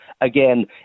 again